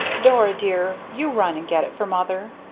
dora, dear, you run and get it for mother.